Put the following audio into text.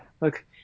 look